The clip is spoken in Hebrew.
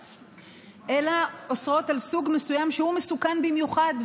אלא אוסרות סוג מסוים שהוא מסוכן במיוחד,